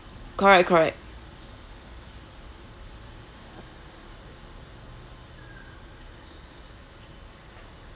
correct correct